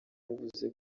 yavuze